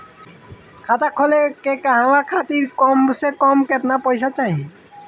खाता खोले के कहवा खातिर कम से कम केतना पइसा चाहीं?